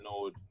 node